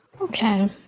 Okay